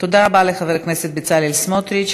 תודה רבה לחבר הכנסת בצלאל סמוטריץ.